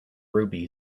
ruby